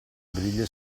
briglie